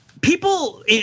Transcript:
people